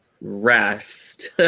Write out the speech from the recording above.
rest